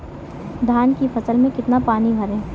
धान की फसल में कितना पानी भरें?